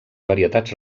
varietats